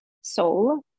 soul